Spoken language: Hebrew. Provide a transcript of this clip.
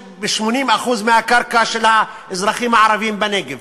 80% מהקרקע של האזרחים הערבים בנגב,